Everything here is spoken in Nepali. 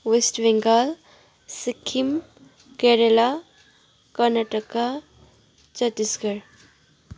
वेस्ट बेङ्गाल सिक्किम केरेला कर्नाटका छत्तीसगढ